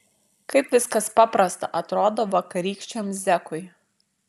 kaip viskas paprasta atrodo vakarykščiam zekui